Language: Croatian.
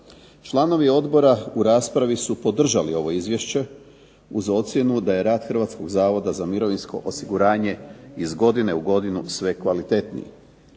Članovi odbora u raspravi su podržali ovo izvješće uz ocjenu da je rad Hrvatskog zavoda za mirovinsko osiguranje iz godine u godinu sve kvalitetniji.